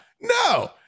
no